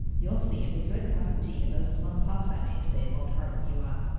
you'll see if a good cup of tea and those plum puffs i made today won't hearten you up.